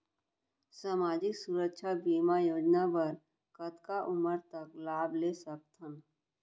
सामाजिक सुरक्षा बीमा योजना बर कतका उमर तक लाभ ले सकथन?